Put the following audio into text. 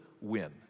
win